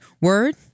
word